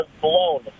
blown